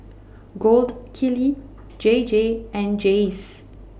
Gold Kili J J and Jays